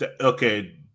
Okay